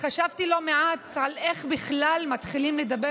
חשבתי לא מעט על איך בכלל מתחילים לדבר